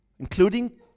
Including